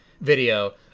video